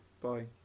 bye